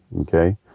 okay